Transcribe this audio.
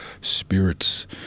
spirits